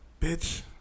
Bitch